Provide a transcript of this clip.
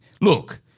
look